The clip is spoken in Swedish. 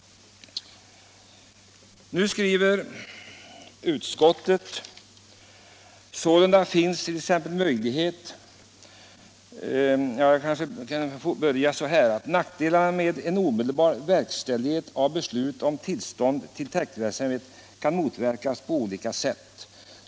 Utskottet skriver: ”Nackdelarna med en omedelbar verkställighet av beslut om tillstånd till täktverksamhet kan motverkas på olika sätt.